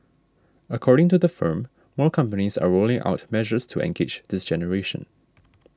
according to the firm more companies are rolling out measures to engage this generation